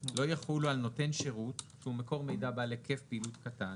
לא יחולו על נותן שירות שהוא מקור מידע בעל היקף פעילות קטן